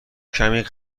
کمی